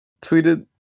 tweeted